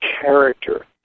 character